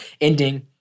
ending